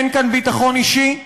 אין כאן ביטחון אישי,